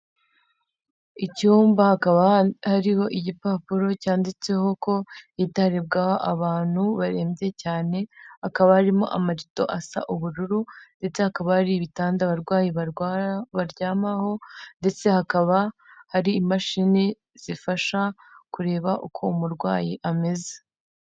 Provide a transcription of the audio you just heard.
Icyumbakaba ariho igipapuro cyanditseho ko itaribwaho abantu barembye cyane ,akaba arimo amarido asa ubururu, ndetse hakaba hari ibitanda abarwayira baryamaho, ndetse hakaba hari imashini zifasha kureba uko umurwayi ameze.